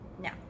now